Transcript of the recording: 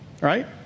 right